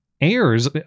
airs